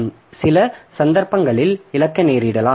எனவே சில சந்தர்ப்பங்களில் இழக்க நேரிடலாம்